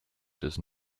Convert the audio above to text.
does